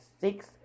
six